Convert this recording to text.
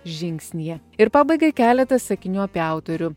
žingsnyje ir pabaigai keletas sakinių apie autorių